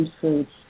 fruits